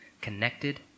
connected